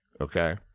okay